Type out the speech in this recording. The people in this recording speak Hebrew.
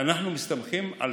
מסתמכים על